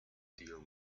deal